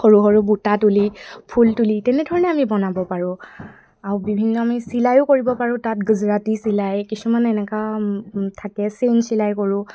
সৰু সৰু বুটা তুলি ফুল তুলি তেনেধৰণে আমি বনাব পাৰোঁ আৰু বিভিন্ন আমি চিলাইও কৰিব পাৰোঁ তাত গুজৰাটী চিলাই কিছুমান এনেকা থাকে চেইন চিলাই কৰোঁ